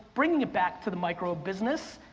bringing it back to the micro of business,